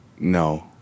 No